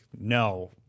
no